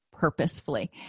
purposefully